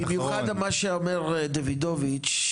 במיוחד מה שאומר דוידוביץ',